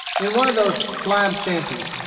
in one of those slab shanties,